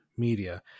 media